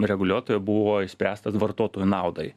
reguliuotojo buvo išspręstas vartotojo naudai